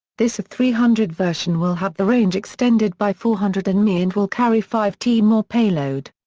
this three hundred version will have the range extended by four hundred and nmi and will carry five t more payload.